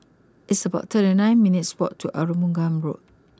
it's about thirty nine minutes' walk to Arumugam Road